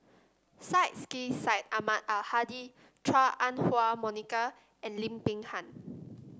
Syed Sheikh Syed Ahmad Al Hadi Chua Ah Huwa Monica and Lim Peng Han